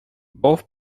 both